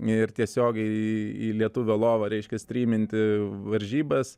ir tiesiogiai į lietuvio lovą reiškia stryminti varžybas